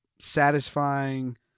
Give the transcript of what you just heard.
satisfying